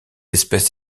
espèce